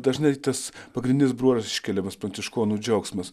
dažnai tas pagrinis bruožas iškeliamas pranciškonų džiaugsmas